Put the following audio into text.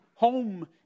home